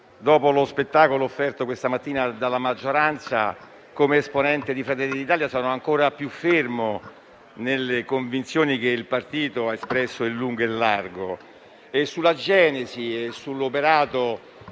dopo lo spettacolo offerto questa mattina dalla maggioranza, come esponente di Fratelli d'Italia sono ancora più fermo nelle convinzioni che il partito ha espresso in lungo e in largo.